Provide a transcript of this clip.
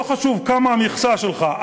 לא חשוב כמה המכסה שלך,